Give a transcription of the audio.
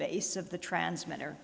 base of the transmitter